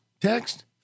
text